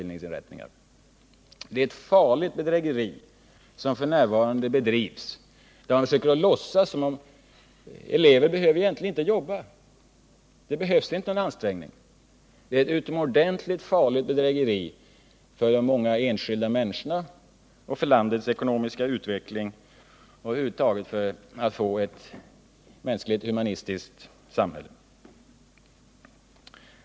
Det är ett farligt bedrägeri som f. n. bedrivs, där man försöker låtsas som om elever egentligen inte behöver jobba, det behövs inte någon ansträngning. Det är ett utomordentligt farligt bedrägeri för de många enskilda människorna och för landets ekonomiska utveckling till ett mänskligt och humanistiskt samhälle.